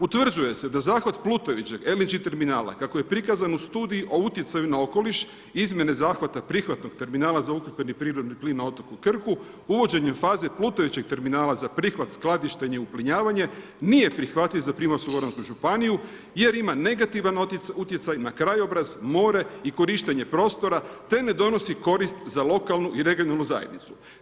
Utvrđuje se da zahvat plutajućeg LNG terminala, kako je prikazan u studiji o utjecaju na okoliš, izmjene zahvata prihvatnog terminala za ukapljeni prirodni plin na otoku Krku, uvođenjem faze plutajućeg terminala za prihvat skladištenje uplinjavanje, nije prihvatljiv za Primorsko goransku županiju, jer ima negativna utjecaj, na krajobraz more i korištenje prostora, te ne donosi korist za lokalnu i regionalnu zajednicu.